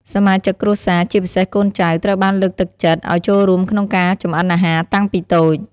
សមាជិកគ្រួសារ ជាពិសេសកូនចៅ ត្រូវបានលើកទឹកចិត្តឱ្យចូលរួមក្នុងការចម្អិនអាហារតាំងពីតូច។